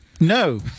No